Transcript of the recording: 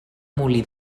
molí